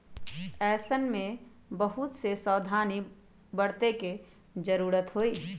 ऐसन में बहुत से सावधानी बरते के जरूरत हई